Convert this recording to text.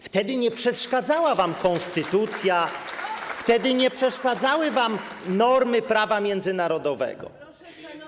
Wtedy nie przeszkadzała wam konstytucja, wtedy nie przeszkadzały wam normy prawa międzynarodowego.